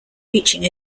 reaching